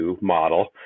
model